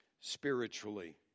spiritually